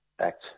Act